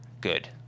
good